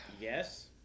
Yes